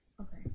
Okay